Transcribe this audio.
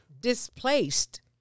displaced